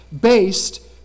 based